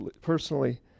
personally